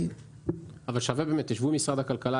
תשבו עם משרד הכלכלה.